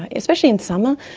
especially in summer,